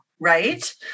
Right